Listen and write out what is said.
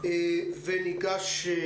הם עובדים באופן מלא.